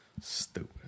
Stupid